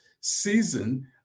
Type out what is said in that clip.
season